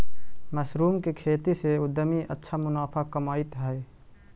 mushroom के खेती से उद्यमी अच्छा मुनाफा कमाइत हइ